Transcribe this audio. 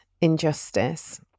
injustice